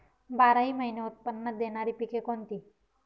बाराही महिने उत्त्पन्न देणारी पिके कोणती?